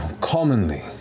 commonly